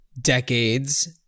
decades